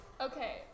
okay